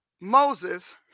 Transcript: Moses